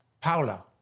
Paula